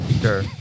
Sure